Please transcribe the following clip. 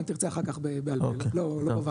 אם תרצה אחר כך בעל פה לא בוועדה.